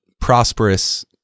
prosperous